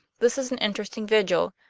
this is an interesting vigil,